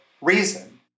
reason